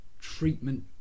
treatment